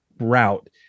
route